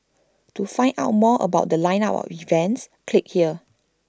to find out more about The Line up of events click here